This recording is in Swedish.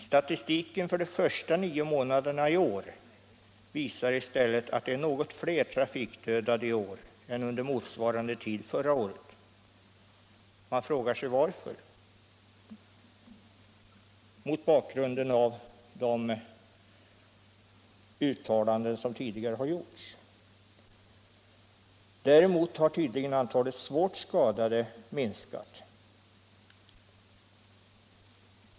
Statistiken för de första nio månaderna i år visar i stället att det är något fler trafikdödade i år än under motsvarande tid förra året. Man frågar sig varför mot bakgrund av de uttalanden som tidigare har gjorts. Däremot har tydligen antalet svårt skadade minskat.